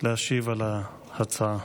להשיב על ההצעה.